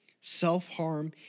self-harm